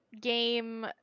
game